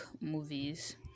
movies